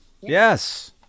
Yes